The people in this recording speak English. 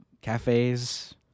cafes